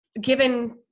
Given